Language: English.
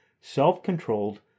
self-controlled